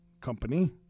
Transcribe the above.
company